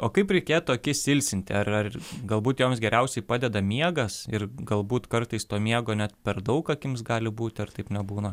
o kaip reikėtų akis ilsinti ar ar galbūt joms geriausiai padeda miegas ir galbūt kartais to miego net per daug akims gali būt ar taip nebūna